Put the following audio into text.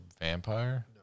vampire